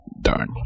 Darn